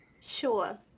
Sure